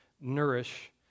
nourish